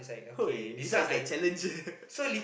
this one is like challenger